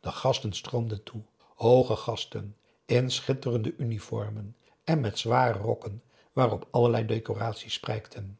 de gasten stroomden toe hooge gasten in schitterende uniformen en met zwarte rokken waarop allerlei decoraties prijkten